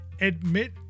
Admit